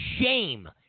shame